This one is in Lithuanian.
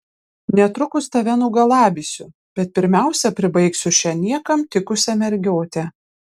netrukus tave nugalabysiu bet pirmiausia pribaigsiu šią niekam tikusią mergiotę